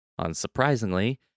unsurprisingly